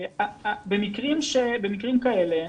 במקרים כאלה,